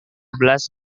belas